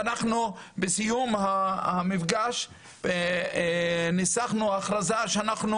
אנחנו בסיום המפגש ניסחנו הכרזה שאנחנו